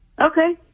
okay